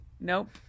Nope